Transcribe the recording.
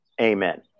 amen